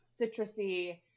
citrusy